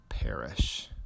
perish